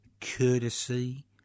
courtesy